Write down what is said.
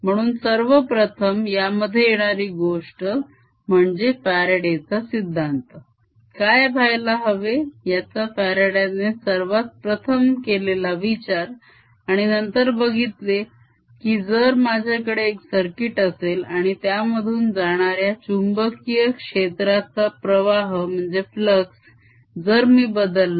म्हणून सर्वप्रथम यामध्ये येणारी गोष्ट म्हणजे फ्यारडे चा सिद्धांत काय व्हायला हवे याचा फ्यारडे ने सर्वात प्रथम केलेला विचार आणि नंतर बघितले की जर माझ्याकडे एक सर्किट असेल आणि त्यामधून जाणाऱ्या चुंबकीय क्षेत्राचा प्रवाह जर मी बदलला